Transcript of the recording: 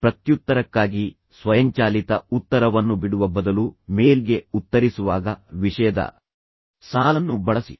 ಪ್ರತ್ಯುತ್ತರಕ್ಕಾಗಿ ಸ್ವಯಂಚಾಲಿತ ಉತ್ತರವನ್ನು ಬಿಡುವ ಬದಲು ಮೇಲ್ಗೆ ಉತ್ತರಿಸುವಾಗ ವಿಷಯದ ಸಾಲನ್ನು ಬಳಸಿ